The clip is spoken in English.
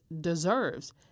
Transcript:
deserves